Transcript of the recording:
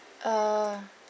uh